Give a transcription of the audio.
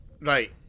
right